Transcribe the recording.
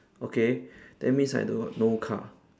okay that means I don't no car